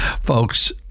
Folks